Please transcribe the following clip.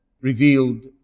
revealed